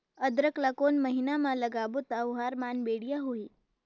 अदरक ला कोन महीना मा लगाबो ता ओहार मान बेडिया होही?